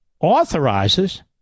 authorizes